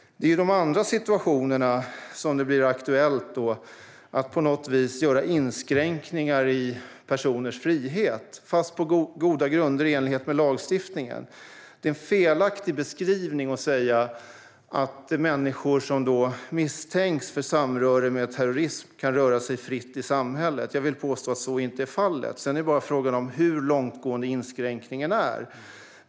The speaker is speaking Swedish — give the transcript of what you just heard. Det är i de andra situationerna som det blir aktuellt att på något vis göra inskränkningar i personers frihet, fast på goda grunder och i enlighet med lagstiftningen. Det är en felaktig beskrivning att människor som misstänks för samröre med terrorism kan röra sig fritt i samhället. Jag vill påstå att så inte är fallet. Sedan är frågan bara hur långtgående inskränkningen är.